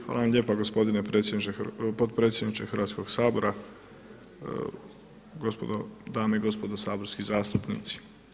Hvala vam lijepa gospodine potpredsjedniče Hrvatskoga sabora, dame i gospodo saborski zastupnici.